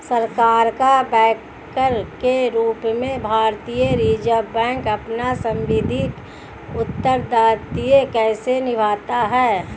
सरकार का बैंकर के रूप में भारतीय रिज़र्व बैंक अपना सांविधिक उत्तरदायित्व कैसे निभाता है?